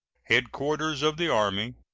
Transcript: headquarters of the army,